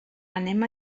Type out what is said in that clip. anem